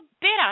better